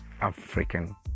African